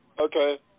Okay